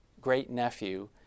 great-nephew